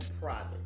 private